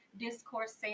discourse